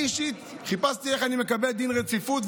אני אישית חיפשתי איך אני מקבל דין רציפות.